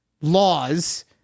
laws